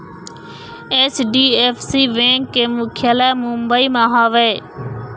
HDFC bank के मुख्यालय मुंबई म हवय